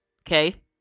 okay